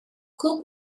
cook